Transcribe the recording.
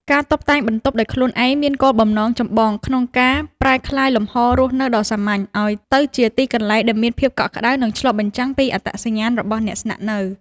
ការតុបតែងបន្ទប់ដោយខ្លួនឯងមានគោលបំណងចម្បងក្នុងការប្រែក្លាយលំហរស់នៅដ៏សាមញ្ញ ឱ្យទៅជាទីកន្លែងដែលមានភាពកក់ក្ដៅ និងឆ្លុះបញ្ចាំងពីអត្តសញ្ញាណរបស់អ្នកស្នាក់នៅ។